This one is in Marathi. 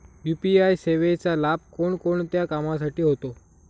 यू.पी.आय सेवेचा लाभ कोणकोणत्या कामासाठी होतो?